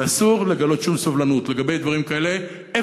ואסור לגלות שום סובלנות לגבי דברים כאלה.